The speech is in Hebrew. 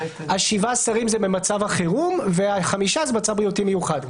שבעה שרים זה במצב החירום והחמישה זה במצב בריאותי מיוחד.